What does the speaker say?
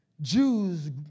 Jews